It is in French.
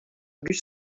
gus